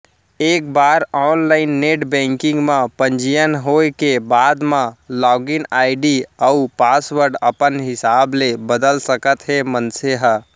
एक बार online net banking म पंजीयन होए के बाद म लागिन आईडी अउ पासवर्ड अपन हिसाब ले बदल सकत हे मनसे ह